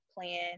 plan